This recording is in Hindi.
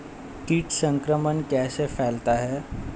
कीट संक्रमण कैसे फैलता है?